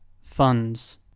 Funds